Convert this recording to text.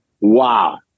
wow